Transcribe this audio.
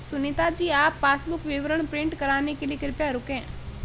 सुनीता जी आप पासबुक विवरण प्रिंट कराने के लिए कृपया रुकें